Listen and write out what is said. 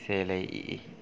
சேலை